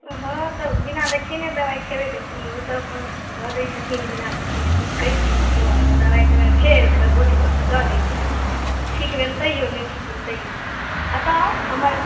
हँ तऽ बिना देखेने दबाइ खेबय तऽ की ओ तऽ अपन दऽ दै छथिन बिना देखेने दुःख कहि दियौ कोनो एगो दबाइ तबाइ भेल तकर गोटी तोटी दऽ दै छै आओर ठीक भेल तइयो नहि ठीक भेल तैइयो एतऽ आउ हमर